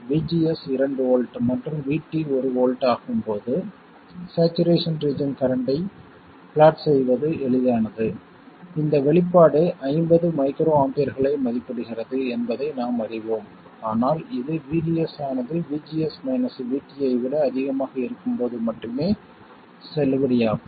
VGS இரண்டு volt மற்றும் VT ஒரு வோல்ட் ஆகும் போது சேச்சுரேஷன் ரீஜன் கரண்ட்டைத் பிளாட் செய்வது எளிதானது இந்த வெளிப்பாடு 50 மைக்ரோஆம்பியர்களை மதிப்பிடுகிறது என்பதை நாம் அறிவோம் ஆனால் இது VDS ஆனது VGS மைனஸ் VT ஐ விட அதிகமாக இருக்கும் போது மட்டுமே செல்லுபடியாகும்